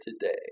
today